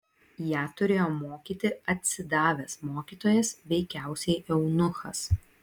ją turėjo mokyti atsidavęs mokytojas veikiausiai eunuchas